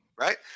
Right